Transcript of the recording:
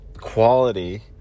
quality